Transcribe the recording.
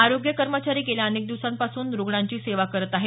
आरोग्य कर्मचारी गेल्या अनेक दिवसांपासून रुग्णांची सेवा करत आहेत